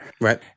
Right